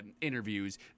interviews